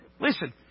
Listen